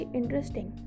interesting